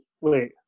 wait